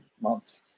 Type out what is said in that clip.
months